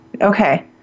Okay